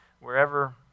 wherever